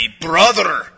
brother